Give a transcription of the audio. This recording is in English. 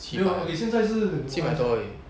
七百七百多而已